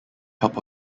help